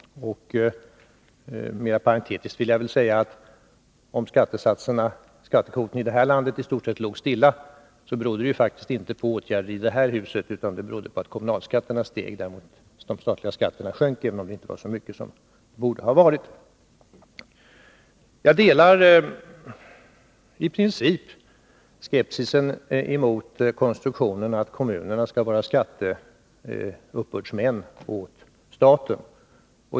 Mera parentetiskt vill jag säga att skattesatserna och skattekvoten i landet i stort sett låg stilla under den borgerliga perioden. Det berodde faktiskt inte enbart på åtgärder i detta hus utan på att kommunalskatterna steg medan de statliga skatterna sjönk, även om det inte var så mycket som det borde ha varit. Jag delar i princip skepsisen mot konstruktionen att kommunerna skall vara skatteuppbördsmän åt staten.